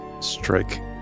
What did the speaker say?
strike